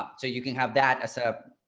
ah so you can have that as a,